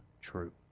true